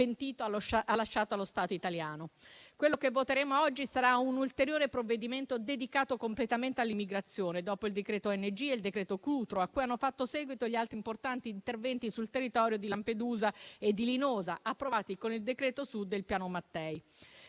Quello che voteremo oggi sarà un'ulteriore provvedimento dedicato completamente all'immigrazione, dopo il decreto ONG e il decreto Cutro, a cui hanno fatto seguito gli altri importanti interventi sul territorio di Lampedusa e Linosa, approvati con il decreto Sud e il Piano Mattei.